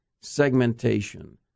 segmentation